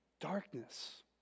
Darkness